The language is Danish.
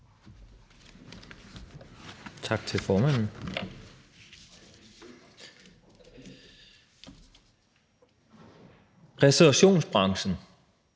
Tak til formanden. Restaurationsbranchen